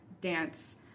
dance